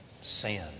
Sin